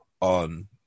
on